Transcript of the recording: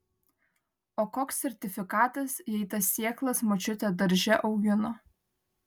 o koks sertifikatas jei tas sėklas močiutė darže augino